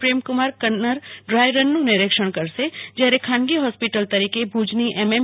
પ્રેમકુમાર કન્નર ડ્રાયરનનું નિરીક્ષણ કરશે જયારે ખાનગી હોસ્પિટલ તરીકે ભુજની એમએમ